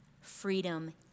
Freedom